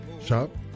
Shop